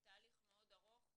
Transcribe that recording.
בתהליך מאוד ארוך.